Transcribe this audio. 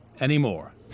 anymore